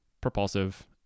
propulsive